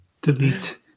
delete